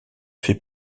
fait